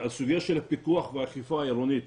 הסוגיה של הפיקוח והאכיפה העירונית.